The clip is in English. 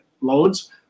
loads